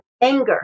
anger